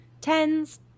tens